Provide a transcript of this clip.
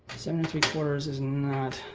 seven three four is is not